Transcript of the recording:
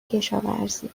کشاورزی